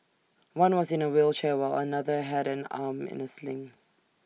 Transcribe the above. one was in A wheelchair while another had an arm in A sling